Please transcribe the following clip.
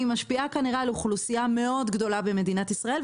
והיא משפיעה על אוכלוסייה מאוד גדולה במדינת ישראל.